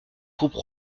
troupes